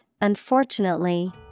unfortunately